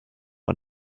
and